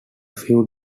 few